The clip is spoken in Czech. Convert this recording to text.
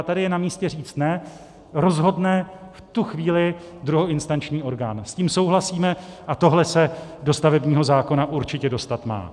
A tady je namístě říci ne, rozhodne v tu chvíli druhoinstanční orgán, s tím souhlasíme a tohle se do stavebního zákona určitě dostat má.